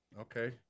okay